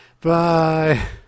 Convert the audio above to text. Bye